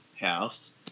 house